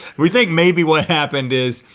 we think maybe what happened is,